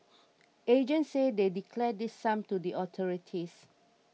agents say they declare this sum to the authorities